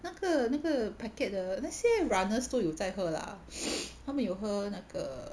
那个那个 packet 的那些 runners 都有在喝 lah 他们有喝那个